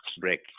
break